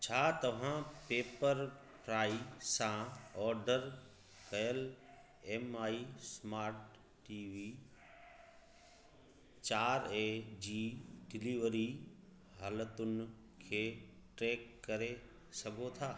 छा तव्हां पेप्परफ्राई सां ऑडर कयल M I smart TV चार ए जी डिलीवरी हालतुनि खे ट्रैक करे सघो था